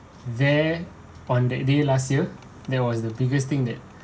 there on that day last year that was the biggest thing that